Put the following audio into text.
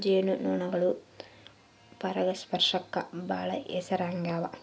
ಜೇನು ನೊಣಗಳು ಪರಾಗಸ್ಪರ್ಶಕ್ಕ ಬಾಳ ಹೆಸರಾಗ್ಯವ